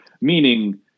Meaning